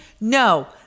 No